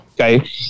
Okay